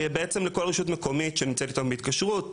בעצם לכל רשות מקומית שנמצאת איתנו בהתקשרות,